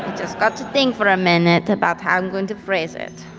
just got to think for a minute about how i'm going to phrase it.